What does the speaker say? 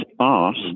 asked